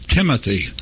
Timothy